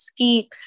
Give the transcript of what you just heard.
skeeps